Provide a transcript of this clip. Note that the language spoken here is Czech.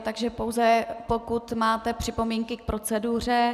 Takže pouze pokud máte připomínky k proceduře.